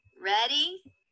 ready